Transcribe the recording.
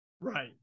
right